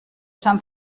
sant